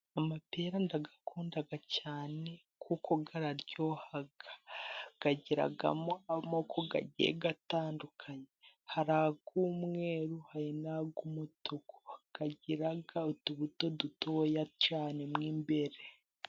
Amapera ndayakunda cyane kuko araryoha, agira amoko agiye atandukanye hari ay'umweru, hari n'ay'umutuku, agira utubuto dutoya cyane mo imbere.